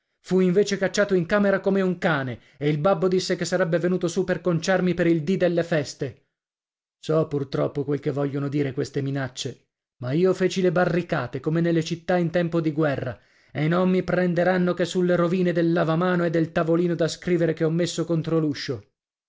fui invece cacciato in camera come un cane e il babbo disse che sarebbe venuto su per conciarmi per il dì delle feste so purtroppo quel che vogliono dire queste minacce ma io feci le barricate come nelle città in tempo di guerra e non mi prenderanno che sulle rovine del lavamano e del tavolino da scrivere che ho messo contro